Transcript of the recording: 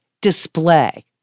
display